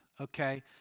okay